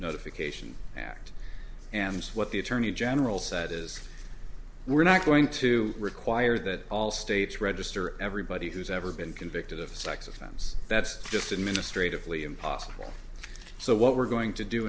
notification act and what the attorney general said is we're not going to require that all states register everybody who's ever been convicted of a sex offense that's just administrative leave impossible so what we're going to do